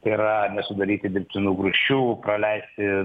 tai yra nesudaryti dirbtinų grūsčių praleisti